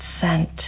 scent